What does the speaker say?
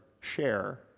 share